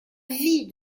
vie